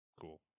Cool